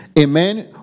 Amen